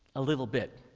a little bit.